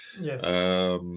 Yes